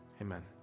Amen